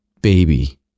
baby